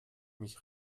mich